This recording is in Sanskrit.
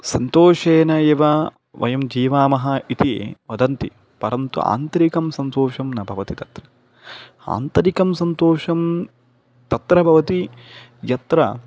सन्तोषेण एव वयं जीवामः इति वदन्ति परन्तु आन्तरिकः सन्तोषः न भवति तत्र आन्तरिकः सन्तोषः तत्र भवति यत्र